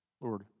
Lord